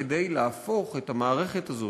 כדי להפוך את המערכת הזאת,